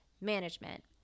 Management